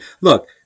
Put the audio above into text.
look